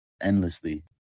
endlessly